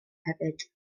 hefyd